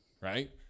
Right